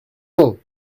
non